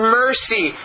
mercy